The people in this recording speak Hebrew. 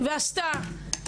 ועשתה.